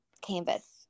canvas